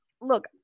look